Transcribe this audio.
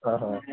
ആഹാ